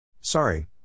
Sorry